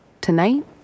tonight